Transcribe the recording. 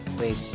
Wait